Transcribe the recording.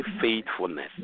faithfulness